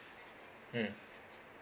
mm